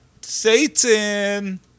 Satan